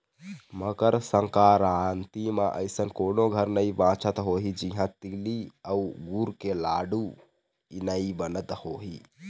मकर संकरांति म अइसन कोनो घर नइ बाचत होही जिहां तिली अउ गुर के लाडू नइ बनत होही